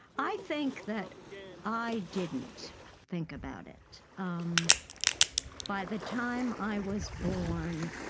i think that i didn't think about it. um by the time i was born,